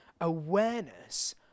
awareness